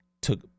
took